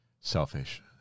selfish